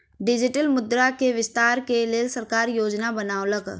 digital मुद्रा के विस्तार के लेल सरकार योजना बनौलक